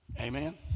Amen